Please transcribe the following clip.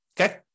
Okay